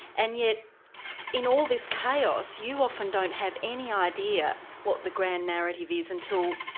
and yet in all this chaos you often don't have any idea what the grand narrative is until,